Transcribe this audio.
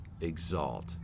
exalt